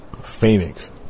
Phoenix